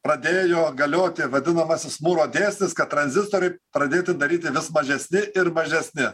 pradėjo galioti vadinamasis mūro dėsnis kad tranzistoriai pradėti daryti vis mažesni ir mažesni